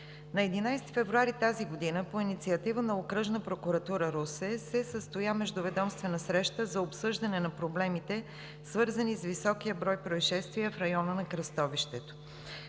На 11 февруари тази година по инициатива на Окръжна прокуратура – Русе, се състоя междуведомствена среща за обсъждане на проблемите, свързани с високия брой произшествия в района на кръстовището.